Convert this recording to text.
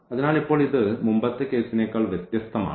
അതിനാൽ ഇപ്പോൾ ഇത് മുമ്പത്തെ കേസിനെക്കാൾ വ്യത്യസ്തമാണ്